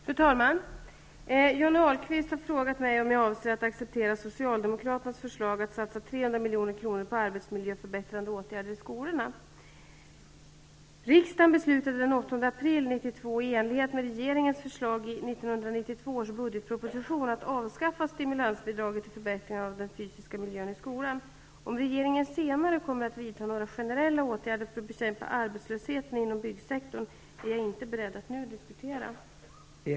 Fru talman! Johnny Ahlqvist har frågat mig om jag avser att acceptera Socialdemokraternas förslag att satsa 300 milj.kr. på arbetsmiljöförbättrande åtgärder i skolorna. Om regeringen senare kommer att vidta några gerella åtgärder för att bekämpa arbetslösheten inom byggsektorn är jag inte beredd att nu diskutera. Andnor i stället fick delta i överläggningen.